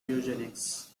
eugenics